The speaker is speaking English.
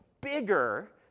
bigger